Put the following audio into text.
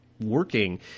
working